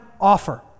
offer